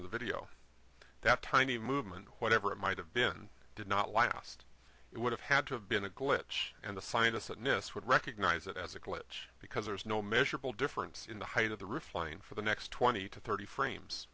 of the video that tiny movement whatever it might have been did not last it would have had to have been a glitch and the scientists at nist would recognize it as a glitch because there is no measurable difference in the height of the roof line for the next twenty to thirty frames